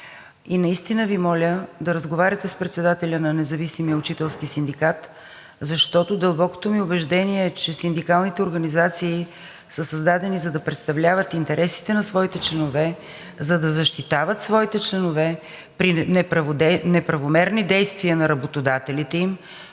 Наистина Ви моля да разговаряте с председателя на Независимия учителски синдикат, защото дълбокото ми убеждение, че синдикалните организации са създадени да представляват интересите на своите членове, за да защитават своите членове при неправомерни действия на работодателите им,